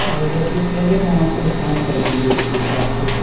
हाँ तो दस बीस लेंगे तो हम आपको डिस्काउंट कर देंगे उसके हिसाब से